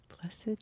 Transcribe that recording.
Blessed